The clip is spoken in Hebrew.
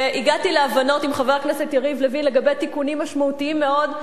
הגעתי להבנות עם חבר הכנסת יריב לוין לגבי תיקונים משמעותיים מאוד,